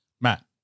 Matt